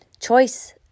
choice